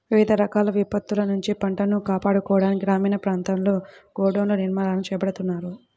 వివిధ రకాల విపత్తుల నుంచి పంటను కాపాడుకోవడానికి గ్రామీణ ప్రాంతాల్లో గోడౌన్ల నిర్మాణాలను చేపడుతున్నారు